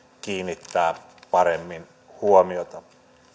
kiinnittää paremmin huomiota